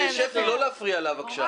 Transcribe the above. שפי, לא להפריע לה בבקשה.